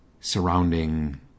surrounding